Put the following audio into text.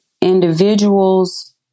individuals